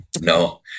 No